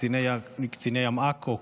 קציני ים עכו,